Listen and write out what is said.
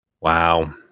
Wow